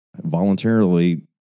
voluntarily